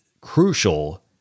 crucial